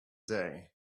day